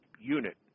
unit